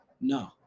No